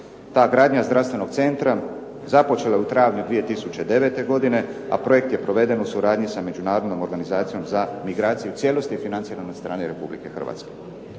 Ta gradnja zdravstvenog centra započela je u travnju 2009. godine, a projekt je proveden u suradnji sa Međunarodnom organizacijom za migraciju i u cijelosti je financiran od strane RH. No, i time